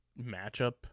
matchup